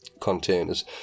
containers